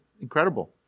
incredible